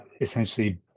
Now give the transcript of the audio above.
essentially